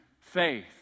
faith